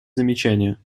замечания